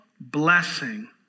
blessing